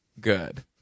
good